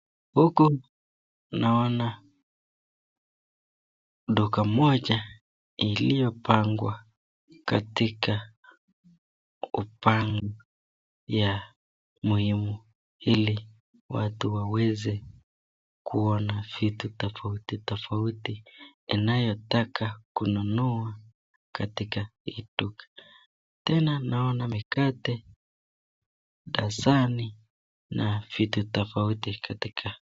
Huku naona duka moja iliyopangwa katika upande wa muhimu ili watu waweze kuona vitu tofauti tofauti anayetaka kununua katika hii duka. Tena naona mikate, dasani, na vitu tofauti katika